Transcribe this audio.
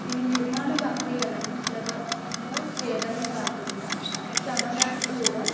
ఇవి నిర్మాణ ప్రక్రియను సులభంగా చెయ్యడమే కాకుండా సమయాన్ని కూడా